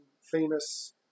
famous